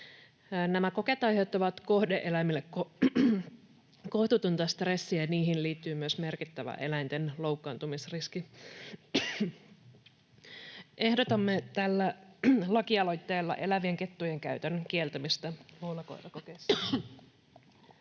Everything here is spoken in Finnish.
Nämä kokeet aiheuttavat kohde-eläimille kohtuutonta stressiä, ja niihin liittyy myös merkittävä eläinten loukkaantumisriski. Ehdotamme tällä lakialoitteella elävien kettujen käytön kieltämistä luolakoirakokeissa.